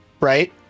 right